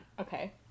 Okay